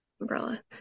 umbrella